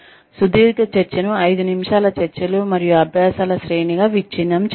సుదీర్ఘ చర్చను ఐదు నిమిషాల చర్చలు మరియు అభ్యాసాల శ్రేణి గా విచ్ఛిన్నం చేయండి